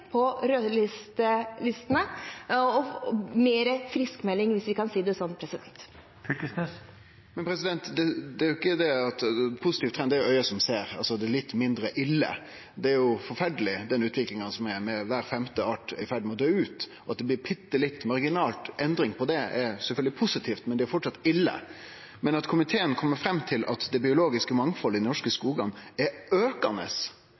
på rødlistene og mer friskmelding – hvis vi kan si det slik. Når det gjeld positiv trend, kjem det an på auget som ser – det er litt mindre ille. Den utviklinga som er med at kvar femte art er i ferd med å døy ut, er jo forferdeleg. At det blir ei bitte lita – marginal – endring på det, er sjølvsagt positivt, men det er framleis ille. Men når komiteen kjem fram til at det biologiske mangfaldet i dei norske skogane er aukande